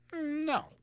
no